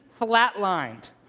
flatlined